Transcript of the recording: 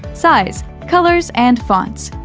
size, colors and fonts.